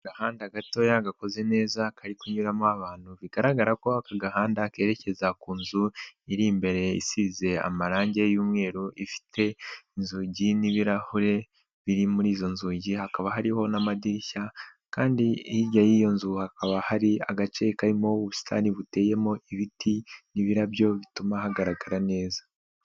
Agahanda gatoya gakoze neza kari kunyuramo abantu, bigaragara ko aka agahanda kerekeza ku nzu iri imbere isize amarangi y'umweru, ifite inzugi n'ibirahure biri muri izo nzugi, hakaba hariho n'amadirishya kandi hirya y'iyo nzu, hakaba hari agace karimo ubusitani buteyemo ibiti n'ibirabyo bituma hagaragara neza.